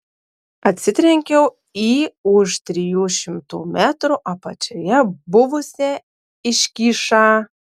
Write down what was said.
atsitrenkiau į už trijų šimtų metrų apačioje buvusią iškyšą